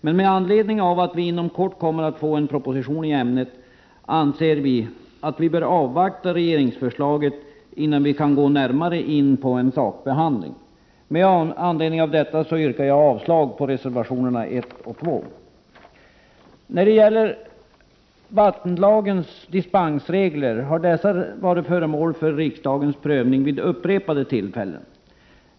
Men med anledning av att vi inom kort kommer att få en proposition i ämnet anser vi att vi bör avvakta regeringens förslag innan vi går närmare in på en sakbehandling. Med anledning av detta yrkar jag avslag på reservationerna 1 och 2. När det gäller vattenlagens dispensregler har dessa varit föremål för riksdagens prövning vid upprepade tillfällen.